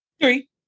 Three